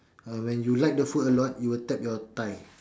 uh when you like the food a lot you will tap your thigh